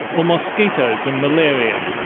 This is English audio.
or mosquitoes and malaria,